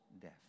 death